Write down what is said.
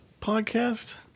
podcast